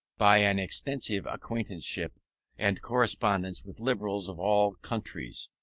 by an extensive acquaintanceship and correspondence with liberals of all countries,